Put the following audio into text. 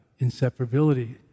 inseparability